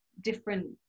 different